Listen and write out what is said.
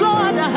Lord